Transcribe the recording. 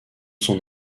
son